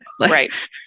right